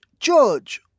George